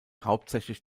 hauptsächlich